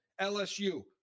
LSU